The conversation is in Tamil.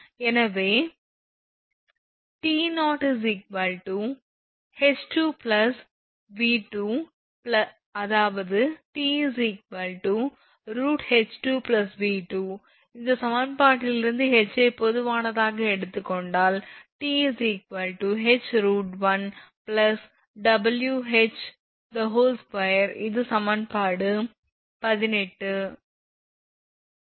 எனவே T2 H2 V2 அதாவது T √H2 V2 இந்த சமன்பாட்டிலிருந்து H ஐ பொதுவானதாக எடுத்துக் கொண்டால் T H√1 VH2 இது சமன்பாடு 18 ஆகும்